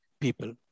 people